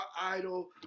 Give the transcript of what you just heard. idol